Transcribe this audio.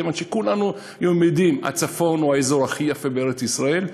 כיוון שכולנו יודעים: הצפון הוא האזור הכי יפה בארץ-ישראל.